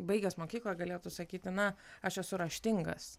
baigęs mokyklą galėtų sakyti na aš esu raštingas